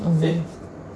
oo